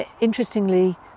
Interestingly